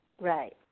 Right